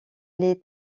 les